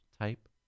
type